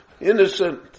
innocent